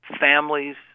families